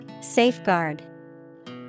Safeguard